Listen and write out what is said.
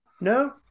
No